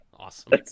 Awesome